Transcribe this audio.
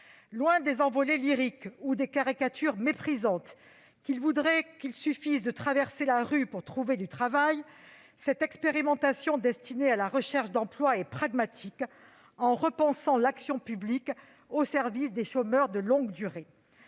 Loin des envolées lyriques ou des caricatures méprisantes qui voudraient qu'il suffise de traverser la rue pour trouver du travail, cette expérimentation destinée à la recherche d'emploi est pragmatique. Elle repense l'action publique au service des chômeurs de longue durée.